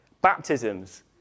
Baptisms